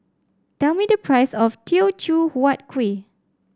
tell me the price of Teochew Huat Kueh